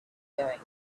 going